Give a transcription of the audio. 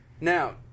Now